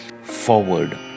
forward